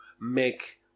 make